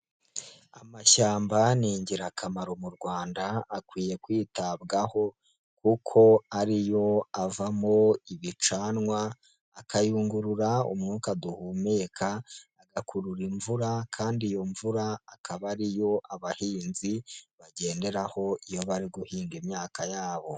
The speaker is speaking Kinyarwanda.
Amashyamba ni ingirakamaro mu Rwanda, akwiye kwitabwaho kuko ari yo avamo ibicanwa, akayungurura umwuka duhumeka, agakurura imvura kandi iyo mvura akaba ari yo abahinzi bagenderaho iyo bari guhinga imyaka yabo.